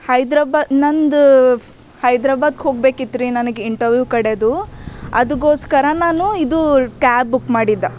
ಹೈದ್ರಾಬಾದ್ ನಂದು ಹೈದ್ರಾಬಾದ್ಕ್ಕೆ ಹೋಗ್ಬೇಕಿತ್ತು ರೀ ನನಗೆ ಇಂಟರ್ವ್ಯೂ ಕಡೆದೂ ಅದುಗೋಸ್ಕರ ನಾನು ಇದು ಕ್ಯಾಬ್ ಬುಕ್ ಮಾಡಿದ್ದೆ